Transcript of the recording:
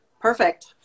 Perfect